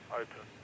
open